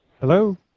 Hello